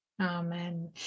Amen